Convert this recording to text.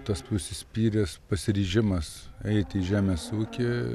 tas užsispyręs pasiryžimas eit į žemės ūkį